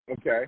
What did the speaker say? Okay